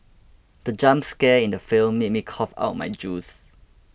the jump scare in the film made me cough out my juice